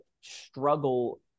struggle